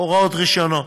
הוראות רישיונו.